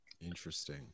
interesting